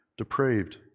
Depraved